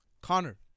Connor